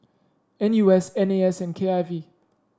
N U S N A S and K I V